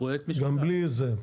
גם בלי זה.